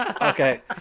Okay